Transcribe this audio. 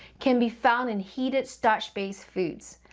can be found in heated starch-based foods.